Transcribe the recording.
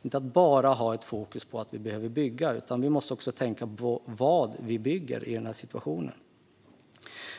Fokus ska inte bara ligga på att bygga utan också på vad vi bygger i den här situationen.